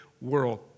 world